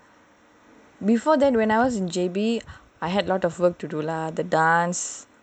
before then when I was in J_B I had lots of work to do lah the dance